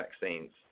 vaccines